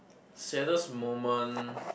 saddest moment